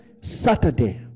Saturday